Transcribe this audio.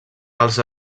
els